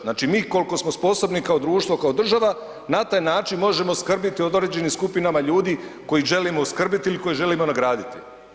Znači mi koliko smo sposobni kao društvo, kao država na taj način možemo skrbiti o određenim skupinama ljudi koje želimo skrbiti ili koje želimo nagraditi.